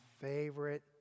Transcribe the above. favorite